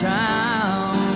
town